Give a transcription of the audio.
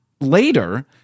later